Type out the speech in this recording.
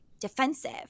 defensive